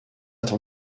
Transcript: t’en